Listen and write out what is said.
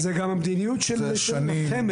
שנים.